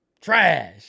Trash